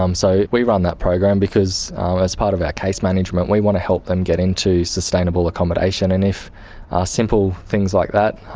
um so we run this program, because as part of our case management we want to help them get into sustainable accommodation, and if simple things like that.